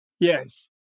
Yes